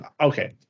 Okay